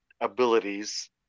abilities